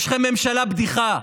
יש לכם ממשלה בדיחה.